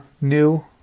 new